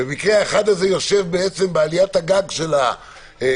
ובמקרה האחד הזה שיושב בעליית הגג של הבניין,